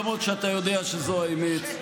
למרות שאתה יודע שזו האמת,